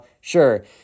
sure